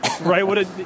right